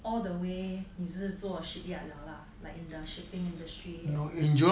all the way 你是做 shipyard already lah like in shipping industry and